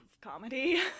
comedy